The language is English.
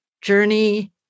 Journey